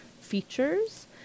features